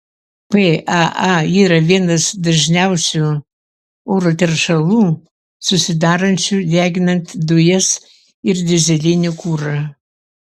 paa yra vienas dažniausių oro teršalų susidarančių deginant dujas ir dyzelinį kurą